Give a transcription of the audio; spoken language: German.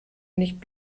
nicht